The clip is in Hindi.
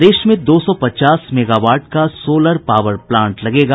प्रदेश में दो सौ पचास मेगावाट का सोलर पावर प्लांट लगेगा